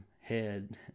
head